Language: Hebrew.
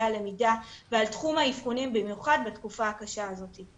הלמידה ועל תחום האבחונים במיוחד בתקופה הקשה הזאת.